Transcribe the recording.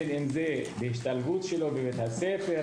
בין אם זה בהשתלבותו בבית הספר,